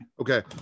Okay